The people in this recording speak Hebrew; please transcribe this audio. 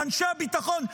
לאנשי הביטחון.